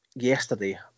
yesterday